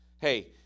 Hey